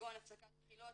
כגון הפסקת בחילות,